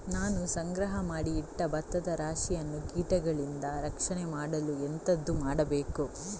ನಾನು ಸಂಗ್ರಹ ಮಾಡಿ ಇಟ್ಟ ಭತ್ತದ ರಾಶಿಯನ್ನು ಕೀಟಗಳಿಂದ ರಕ್ಷಣೆ ಮಾಡಲು ಎಂತದು ಮಾಡಬೇಕು?